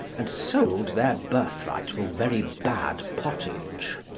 and sold their birthright for very bad pottage.